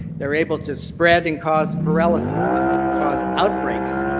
they're able to spread and cause paralysis and cause outbreaks,